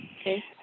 okay